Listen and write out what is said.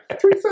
Three